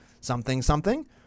something-something